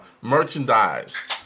merchandise